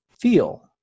feel